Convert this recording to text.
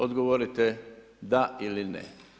Odgovorite da ili ne.